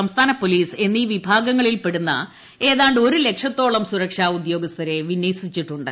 P സംസ്ഥാന police എന്നീ വിഭാഗങ്ങളിൽ പെടുന്ന ഏതാണ്ട് ഒരു ലക്ഷത്തോളം സുരക്ഷാ ഉദ്യോഗസ്ഥരെ വിന്വസിച്ചിട്ടുണ്ട്